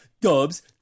dubs